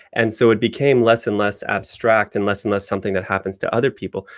and so it became less and less abstract and less and less something that happens to other people.